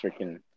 freaking